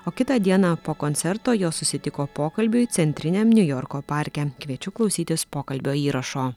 o kitą dieną po koncerto jos susitiko pokalbiui centriniam niujorko parke kviečiu klausytis pokalbio įrašo